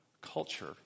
Culture